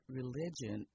religion